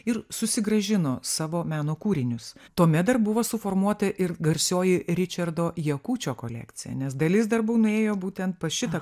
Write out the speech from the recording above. ir susigrąžino savo meno kūrinius tuomet dar buvo suformuota ir garsioji ričardo jakučio kolekcija nes dalis darbų nuėjo būtent pas šitą